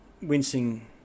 wincing